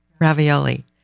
ravioli